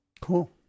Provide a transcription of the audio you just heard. Cool